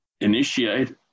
initiate